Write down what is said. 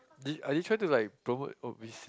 did are you trying to like promote obesity